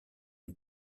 une